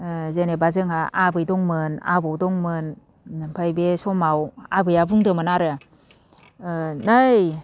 ओ जेनोबा जोंहा आबै दंमोन आबौ दंमोन ओमफाय बे समाव आबैया बुंदोंमोन आरो ओ नै